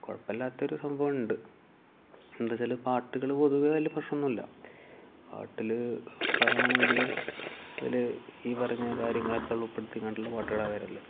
കുഴപ്പമില്ലാത്ത ഒരു സംഭവം ഉണ്ട് എന്താച്ചാൽ പാട്ടുകൾ പൊതുവേ വലിയ പ്രശ്നമൊന്നുമില്ല പാട്ടിൽ പറയുകയാണെങ്കിൽ അതിൽ ഈ പറഞ്ഞ കാര്യങ്ങളൊക്കെ ഉൾപ്പെടുത്തി കൊണ്ടുള്ള പാട്ടുകളാണ് വരൽ